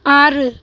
ஆறு